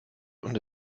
und